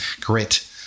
grit